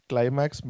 Climax